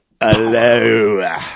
Hello